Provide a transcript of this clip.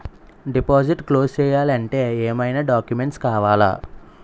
Deposit close చేయాలి అంటే ఏమైనా డాక్యుమెంట్స్ కావాలా?